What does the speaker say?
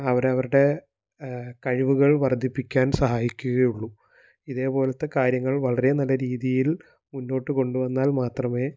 അവരവരുടെ കഴിവുകൾ വർദ്ധിപ്പിക്കാൻ സഹായിക്കുകയുള്ളു ഇതേ പോലെത്തെ കാര്യങ്ങൾ വളരെ നല്ല രീതിയിൽ മുന്നോട്ട് കൊണ്ട് വന്നാൽ മാത്രമേ